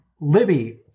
Libby